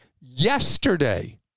yesterday